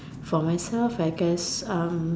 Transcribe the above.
for myself I guess um